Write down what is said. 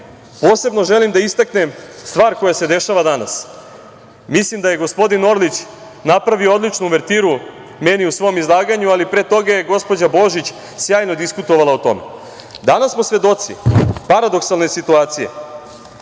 posebno želim da istaknem stvar koja se dešava danas. Mislim da je gospodin Orlić napravio odličnu uvertiru meni u svom izlaganju, ali pre toga je gospođa Božić sjajno diskutovala o tome. Danas smo svedoci paradoksalne situacije